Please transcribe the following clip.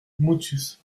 motus